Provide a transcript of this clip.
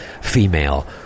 female